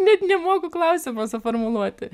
net nemoku klausimo suformuluoti